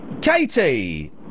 Katie